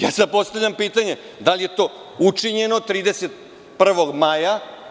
Sada postavljam pitanje – da li je to učinjeno 31. maja?